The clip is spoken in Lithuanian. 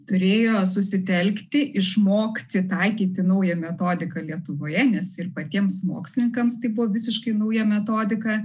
turėjo susitelkti išmokti taikyti naują metodiką lietuvoje nes ir patiems mokslininkams tai buvo visiškai nauja metodika